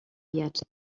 yet